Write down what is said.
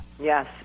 Yes